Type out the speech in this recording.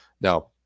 now